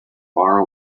far